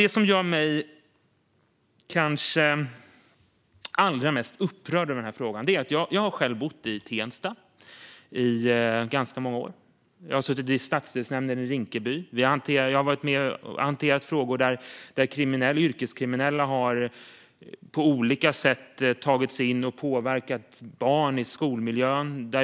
Det som gör mig kanske allra mest upprörd i den här frågan kommer av att jag själv har bott i Tensta i ganska många år. Jag har suttit i stadsdelsnämnden i Rinkeby. Jag har varit med och hanterat frågor där kriminella, yrkeskriminella, på olika sätt har tagit sig in och påverkat barn i skolmiljön.